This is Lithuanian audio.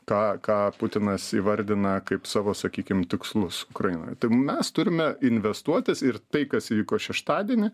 ką ką putinas įvardina kaip savo sakykim tikslus ukrainoje tai mes turime investuotis ir tai kas įvyko šeštadienį